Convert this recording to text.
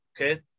okay